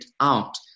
out